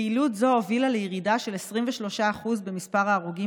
פעילות זו הובילה לירידה של 23% במספר ההרוגים